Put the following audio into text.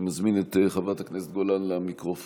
אני מזמין את חברת הכנסת גולן למיקרופון